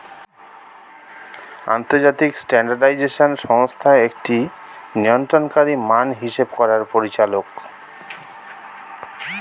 আন্তর্জাতিক স্ট্যান্ডার্ডাইজেশন সংস্থা একটি নিয়ন্ত্রণকারী মান হিসেব করার পরিচালক